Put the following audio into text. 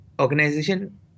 organization